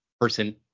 person